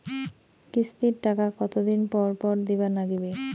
কিস্তির টাকা কতোদিন পর পর দিবার নাগিবে?